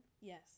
Yes